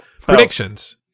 predictions